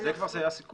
על זה היה סיכום.